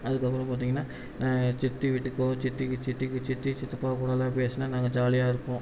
அதுக்கப்புறம் பார்த்திங்கன்னா நாங்கள் எங்கள் சித்தி வீட்டுக்கோ சித்தி சித்தி சித்தி சித்தப்பாக்கூடலாம் பேசுனால் நாங்கள் ஜாலியாக இருப்போம்